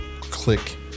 click